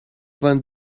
vingt